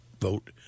vote